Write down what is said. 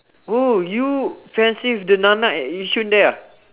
oh you fiancee the nana at yishun there ah